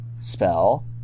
spell